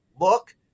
look